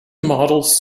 models